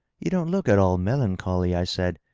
you don't look at all melancholy, i said.